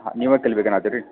ಹಾಂ ನೀವೇ ಕಲಿಬೇಕನ್ನುತ್ತೀರಿ